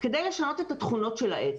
כדי לשנות את התכונות של העץ.